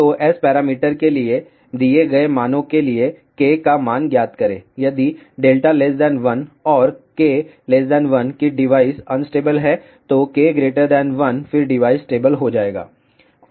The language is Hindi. तो S पैरामीटर के दिए गए मानों के लिए K का मान ज्ञात करें यदि 1 और k 1 कि डिवाइस अनस्टेबल है तो k 1 फिर डिवाइस स्टेबल हो जाएगा